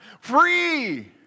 free